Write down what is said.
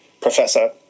professor